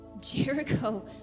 Jericho